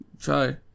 Try